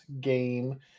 game